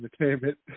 entertainment